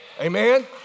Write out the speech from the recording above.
Amen